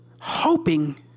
hoping